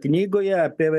knygoje apie